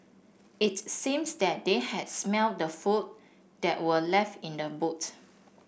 it seems that they had smelt the food that were left in the boots